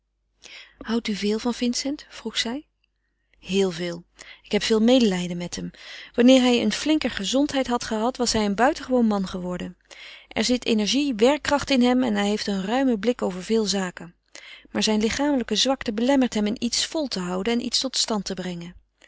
houdt u veel van vincent vroeg zij heel veel ik heb veel medelijden met hem wanneer hij een flinker gezondheid had gehad was hij een buitengewoon man geworden er zit energie werkkracht in hem en hij heeft een ruimen blik over veel zaken maar zijn lichamelijke zwakte belemmert hem in iets vol te houden en iets tot stand te brengen